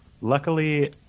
luckily